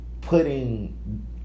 putting